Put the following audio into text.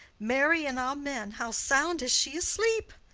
marry, and amen. how sound is she asleep!